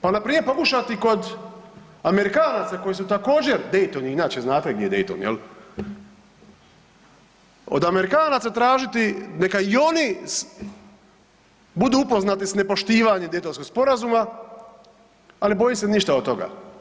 Pa npr. pokušati kod Amerikanaca koji su također, Dayton znate inače gdje je Dayton jel, od Amerikanaca tražiti neka i oni budu upoznati s nepoštivanjem Daytonskog sporazuma, ali bojim se ništa od toga.